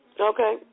Okay